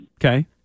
Okay